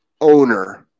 Owner